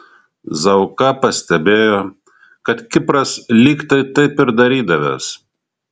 zauka pastebėjo kad kipras lyg tai taip ir darydavęs